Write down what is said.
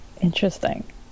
Interesting